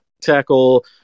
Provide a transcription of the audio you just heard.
tackle